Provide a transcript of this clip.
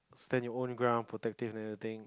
stand in own ground protective and everything